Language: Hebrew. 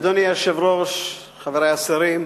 אדוני היושב-ראש, חברי השרים,